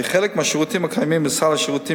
כחלק מהשירותים הקיימים בסל השירותים